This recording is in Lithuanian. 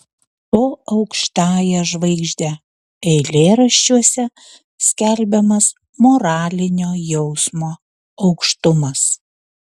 po aukštąja žvaigžde eilėraščiuose skelbiamas moralinio jausmo aukštumas